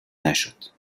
نشد